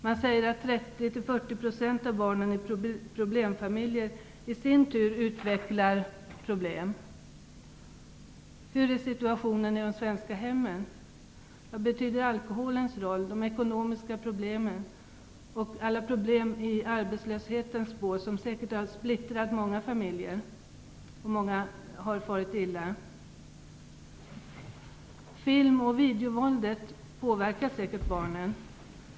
Man säger att 30-40 % av barnen i problemfamiljer i sin tur utvecklar problem. Hur är situationen i de svenska hemmen? Vad betyder alkoholen, de ekonomiska problemen och alla problem i arbetslöshetens spår, som säkert har splittrat många familjer? Många har farit illa. Film och videovåldet påverkar säkert barnen.